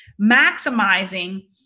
maximizing